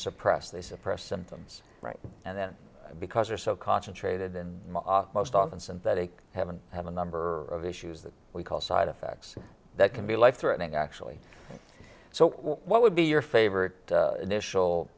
suppressed they suppress symptoms right and then because they are so concentrated in the most often synthetic heaven have a number of issues that we call side effects that can be life threatening actually so what would be your favorite initial